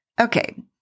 Okay